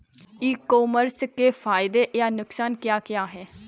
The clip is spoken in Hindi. ई कॉमर्स के फायदे या नुकसान क्या क्या हैं?